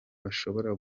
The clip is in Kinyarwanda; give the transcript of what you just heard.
bashobora